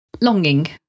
longing